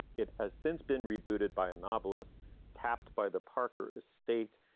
it has since been rebooted by a novelist tapped by the parker estate.